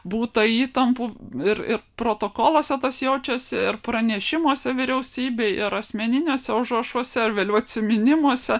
būta įtampų ir ir protokoluose tas jaučiasi ir pranešimuose vyriausybei ir asmeniniuose užrašuose ar vėliau atsiminimuose